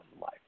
life